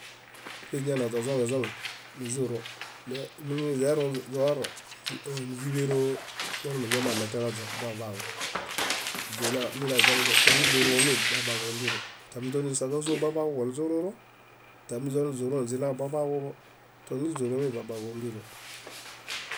Źiñadiame źozoŋezoŋe niźirũ mini źorũ níźiḃero monimuɭiemi ametelaźe baḃaġu źómini toniźirũmi baḃaġu ombiro tamiźoniźisa kázo baḃaġuḃo niźirũrũ tami źoniźirũ niźiniu baḃaġuḃo toniźirũmi baḃaġuombiro.